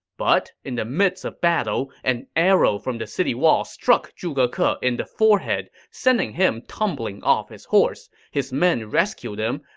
but in the midst of battle, an arrow from the city wall struck zhuge ke ah in the forehead, sending him tumbling off his horse. his men rescued him,